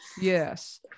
Yes